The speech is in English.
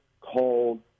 called